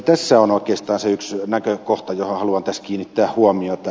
tässä on oikeastaan se näkökohta johon haluan kiinnittää huomiota